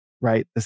right